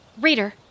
Reader